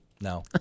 No